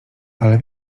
ale